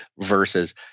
versus